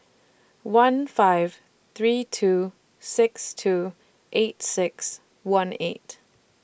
one five three two six two eight six one eight